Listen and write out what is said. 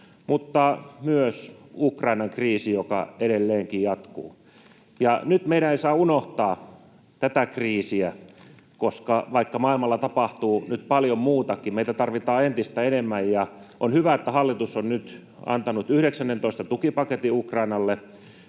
mutta myös Ukrainan kriisi, joka edelleenkin jatkuu. Nyt meillä ei saa unohtaa tätä kriisiä, koska vaikka maailmalla tapahtuu nyt paljon muutakin, meitä tarvitaan entistä enemmän. On hyvä, että hallitus on nyt antanut 19. tukipaketin Ukrainalle.